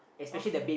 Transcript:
okay